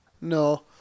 No